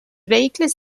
vehicles